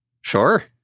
Sure